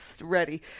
ready